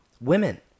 women